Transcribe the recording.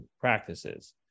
practices